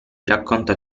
racconta